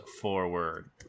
forward